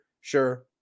Sure